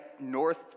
North